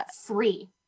free